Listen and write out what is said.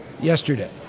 yesterday